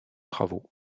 travaux